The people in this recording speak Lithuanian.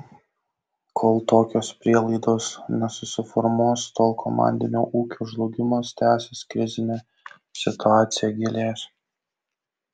kol tokios prielaidos nesusiformuos tol komandinio ūkio žlugimas tęsis krizinė situacija gilės